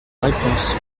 réponse